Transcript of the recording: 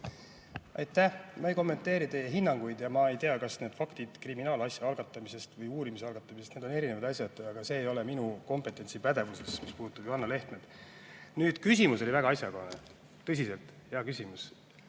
Aitäh! Ma ei kommenteeri teie hinnanguid ja ma ei tea, kas need faktid kriminaalasja algatamisest või uurimise algatamisest … Need on erinevad asjad. Aga see ei ole minu pädevuses, mis puudutab Johanna Lehtmet. Aga küsimus oli väga asjakohane. Tõsiselt, hea küsimus!